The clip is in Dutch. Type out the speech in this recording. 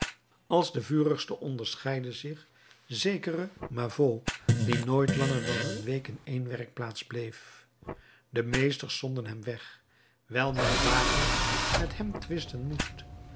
als de vurigste onderscheidde zich zekere mavot die nooit langer dan een week in één werkplaats bleef de meesters zonden hem weg wijl men dagelijks met hem twisten moest